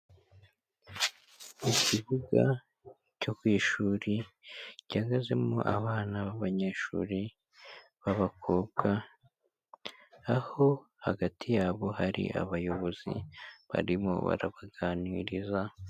Ikibuga cyo ku ishuri gihagazemo abana b'abanyeshuri b'abakobwa, aho hagati yabo hari abayobozi barimo barabaganiriza.